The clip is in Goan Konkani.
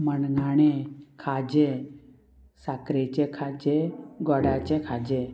मणगाणें खाजें साकरेचें खाजें गोडाचें खाजें